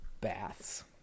baths